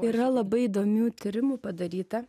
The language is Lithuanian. yra labai įdomių tyrimų padaryta